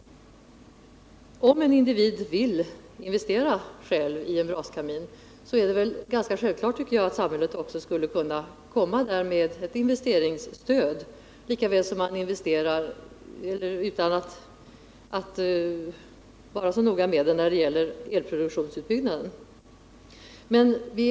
Om en individ själv vill investera i en braskamin, är det väl ganska naturligt att samhället också skulle kunna ge ett investeringsstöd lika väl som man utan att vara så noga investerar i elproduktionsutbyggnad.